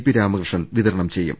P Ramakrishnan വിതരണം ചെയ്യും